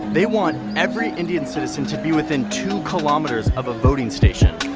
they want every indian citizen to be within two km um of a voting station.